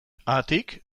haatik